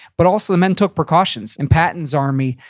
but also the men took precautions. in patton's army,